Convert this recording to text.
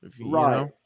Right